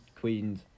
Queens